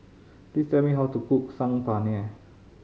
please tell me how to cook Saag Paneer